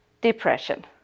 depression